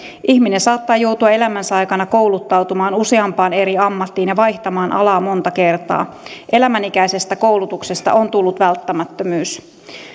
ihminen saattaa joutua elämänsä aikana kouluttautumaan useampaan eri ammattiin ja vaihtamaan alaa monta kertaa elämänikäisestä koulutuksesta on tullut välttämättömyys